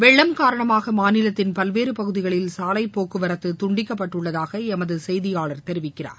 வெள்ளம் காரணமாக மாநிலத்தின் பல்வேறு பகுதிகளில் சாலைப்போக்குவரத்து துண்டிக்கப்பட்டுள்ளதாகவும் எமது செய்தியாளர் தெரிவிக்கிறார்